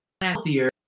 healthier